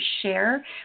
share